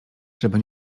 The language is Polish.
żeby